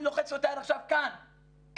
אני לוחץ לו את היד עכשיו כאן ואומר,